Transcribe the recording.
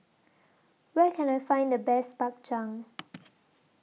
Where Can I Find The Best Bak Chang